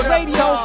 Radio